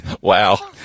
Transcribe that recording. Wow